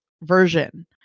version